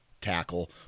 tackle